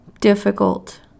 difficult